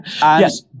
yes